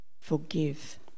forgive